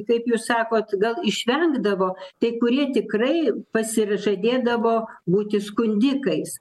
kaip jūs sakot gal išvengdavo tai kurie tikrai pasižadėdavo būti skundikais